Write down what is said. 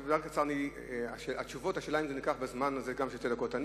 השאלה היא אם גם התשובות נלקחו בחשבון בזמן הזה של שתי דקות.